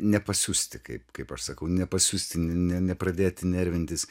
nepasiusti kaip kaip aš sakau nepasiusti ne nepradėti nervintis